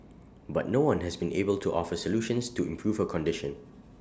but no one has been able to offer solutions to improve her condition